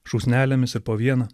šaknelėmis ir po vieną